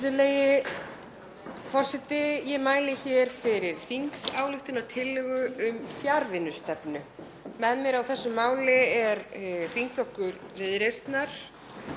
Virðulegi forseti. Ég mæli hér fyrir þingsályktunartillögu um fjarvinnustefnu. Með mér á þessu máli er þingflokkur Viðreisnar